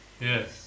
Yes